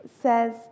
says